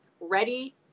ready